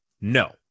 No